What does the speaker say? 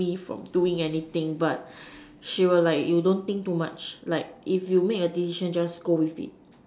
me from doing anything but she will like you don't think too much like if you make a decision just go with it